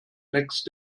next